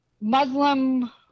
Muslim